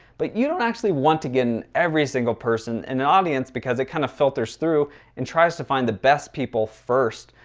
but you don't actually want to get in every single person in the audience because it kind of filters through and tries to find the best people first.